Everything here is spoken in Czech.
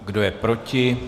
Kdo je proti?